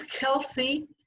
healthy